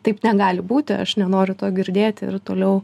taip negali būti aš nenoriu to girdėti ir toliau